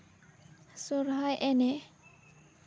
ᱥᱚᱨᱦᱟᱭ ᱮᱱᱮᱡ